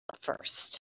first